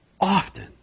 often